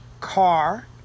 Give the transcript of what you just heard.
car